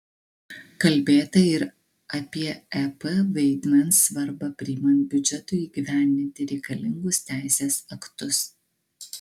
kalbėta ir apie ep vaidmens svarbą priimant biudžetui įgyvendinti reikalingus teisės aktus